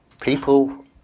people